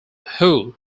who